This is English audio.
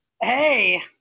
Hey